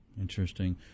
Interesting